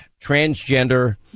transgender